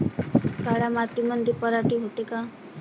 काळ्या मातीमंदी पराटी होते का?